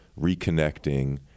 reconnecting